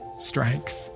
strength